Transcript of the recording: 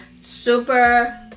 super